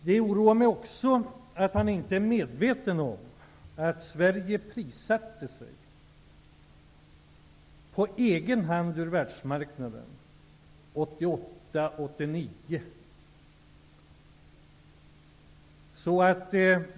Det oroar mig också att han inte är medveten om att Sverige på egen hand prissatte sig ut ur världsmarknaden 1988--1989.